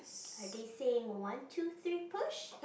are they saying one two three push